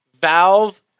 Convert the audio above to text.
Valve